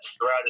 throughout